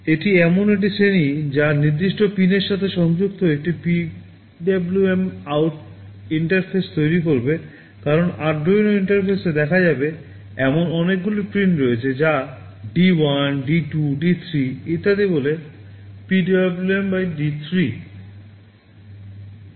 এটি এমন একটি শ্রেণী যা একটি নির্দিষ্ট পিনের সাথে সংযুক্ত একটি PwmOut ইন্টারফেস তৈরি করবে কারণ আরডুইনো ইন্টারফেসে দেখা যাবে এমন অনেকগুলি পিন রয়েছে যা D1 D2 D3 ইত্যাদি বলে PWM ডি 3